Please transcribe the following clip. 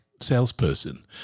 salesperson